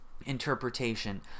interpretation